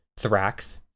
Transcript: Thrax